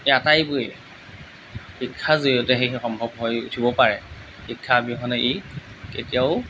এই আটাইবোৰেই শিক্ষা জৰিয়তে সেইখিনি সম্ভৱ হৈ উঠিব পাৰে শিক্ষাৰ অবিহনে ই কেতিয়াও